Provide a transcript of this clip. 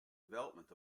development